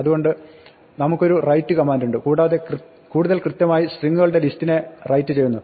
അതുകൊണ്ട് നമുക്ക് ഒരു റൈറ്റ് കമാന്റുണ്ട് കൂടാതെ കൂടുതൽ കൃത്യമായി സ്ട്രിങ്ങുകളുടെ ലിസ്റ്റിനെ റൈറ്റ് ചെയ്യുന്നു